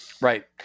Right